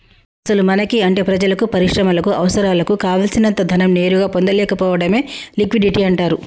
అసలు మనకి అంటే ప్రజలకు పరిశ్రమలకు అవసరాలకు కావాల్సినంత ధనం నేరుగా పొందలేకపోవడమే లిక్విడిటీ అంటారు